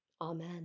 Amen